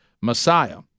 Messiah